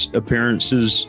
appearances